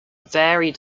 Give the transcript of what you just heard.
vary